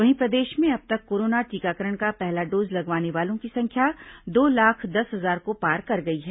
वहीं प्रदेश में अब तक कोरोना टीकाकरण का पहला डोज लगवाने वालों की संख्या दो लाख दस हजार को पार कर गई है